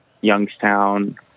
Youngstown